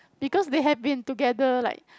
because they have been together like